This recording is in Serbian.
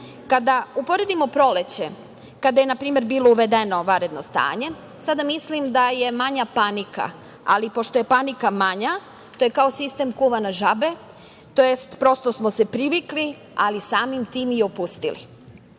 Kada uporedimo proleće kada je na primer bilo uvedeno vanredno stanje sada mislim da je manja panika, ali pošto je panika manja to je kao sistem kuvane žabe, tj. prosto smo se privikli, ali samim tim i opustili. Zato